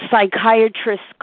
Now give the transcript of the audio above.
psychiatrists